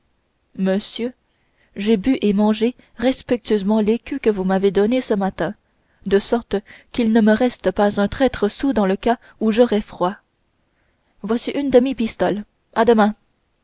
monsieur j'ai bu et mangé respectueusement l'écu que vous m'avez donné ce matin de sorte qu'il ne me reste pas un traître sou dans le cas où j'aurais froid voici une demi pistole à demain